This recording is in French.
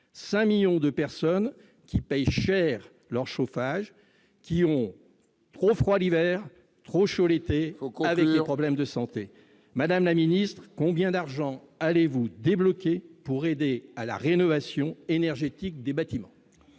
5 millions de personnes qui payent cher leur chauffage, qui ont trop froid l'hiver, trop chaud l'été et des problèmes de santé. Madame la ministre, combien d'argent allez-vous débloquer pour aider à la rénovation énergétique des bâtiments ?